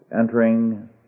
entering